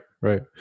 Right